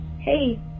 hey